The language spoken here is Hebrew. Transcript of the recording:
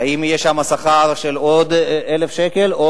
האם יהיה שם שכר של עוד 1,000 שקל או